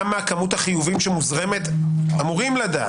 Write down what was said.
כמה כמות החיובים שמוזרמת אמורים לדעת.